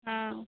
हँ